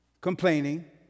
complaining